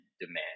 demand